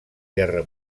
guerra